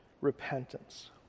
Repentance